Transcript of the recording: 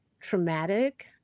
traumatic